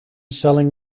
selling